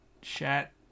chat